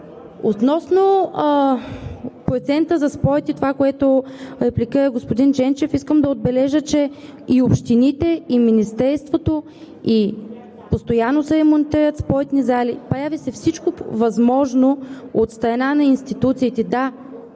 Относно процента за спорт и това, което репликира господин Ченчев, искам да отбележа, че и от общините, и от Министерството постоянно се ремонтират спортни зали. Прави се всичко възможно от страна на институциите – да,